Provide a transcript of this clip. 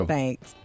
Thanks